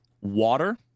water